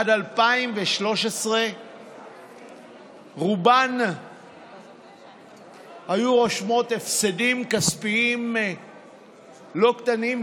עד 2013 רובן היו רושמות הפסדים כספיים לא קטנים,